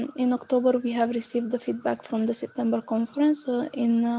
in october we have received the feedback from the september conference, ah in.